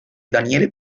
daniele